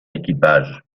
équipage